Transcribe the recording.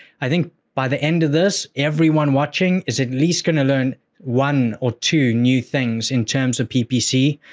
i think by the end of this, everyone watching is at least going to learn one or two new things in terms of ppc,